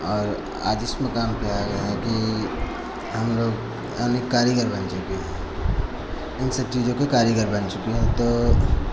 और आज इस मुकाम पे आए हैं कि हम लोग अनेक कारीगर बन चुके हैं इन सब चीज़ों के तो कारीगर बन चुके हैं तो